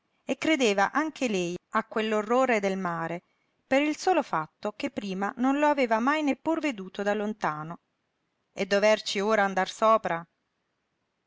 e credeva anche lei a quell'orrore del mare per il solo fatto che prima non lo aveva mai neppur veduto da lontano e doverci ora andar sopra